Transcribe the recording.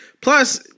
Plus